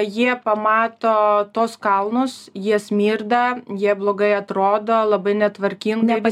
jie pamato tuos kalnus jie smirda jie blogai atrodo labai netvarkingai vis